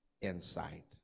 insight